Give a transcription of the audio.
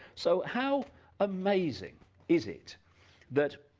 so how amazing is it that,